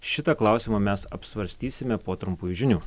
šitą klausimą mes apsvarstysime po trumpųjų žinių